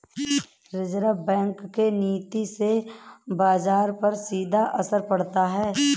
reserve Bank के नीति से बाजार पर सीधा असर पड़ता है